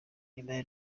nyuma